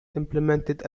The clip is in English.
implemented